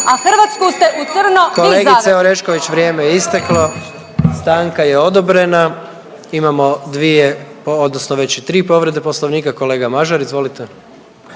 a Hrvatsku ste u crno vi zavili.